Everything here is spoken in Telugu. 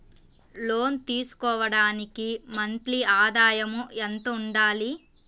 లోను తీసుకోవడానికి మంత్లీ ఆదాయము ఎంత ఉండాలి?